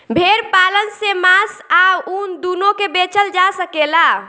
भेड़ पालन से मांस आ ऊन दूनो के बेचल जा सकेला